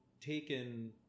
taken